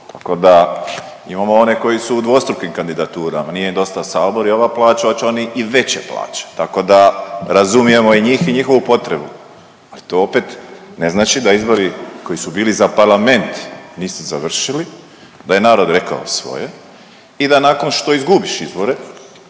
Tako da imamo one koji su u dvostrukim kandidaturama nije im dosta Sabor i ova plaća oće oni i veće plaće tako da razumijemo i njih i njihovu potrebu, ali to opet ne znači da izbori koji su bili za parlament nisu završili, da je narod rekao svoje i da nakon što izgubiš izbore